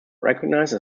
recognised